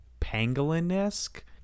pangolin-esque